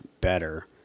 better